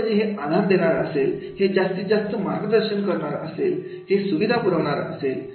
त्याऐवजी हे आधार देणार असेल हे जास्तीत जास्त मार्गदर्शन करणार असेल हे सुविधा पुरवणार असेल